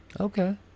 Okay